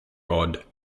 odd